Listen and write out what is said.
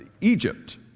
Egypt